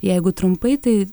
jeigu trumpai tai